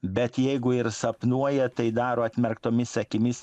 bet jeigu ir sapnuoja tai daro atmerktomis akimis